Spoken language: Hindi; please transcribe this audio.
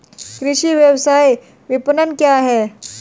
कृषि व्यवसाय विपणन क्या है?